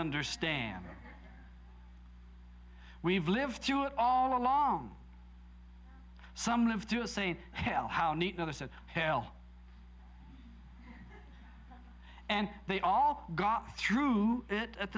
understand we've lived through it all along some lived through say hell how neat mother said hale and they all got through it at